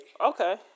Okay